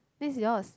this is yours